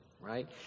right